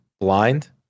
blind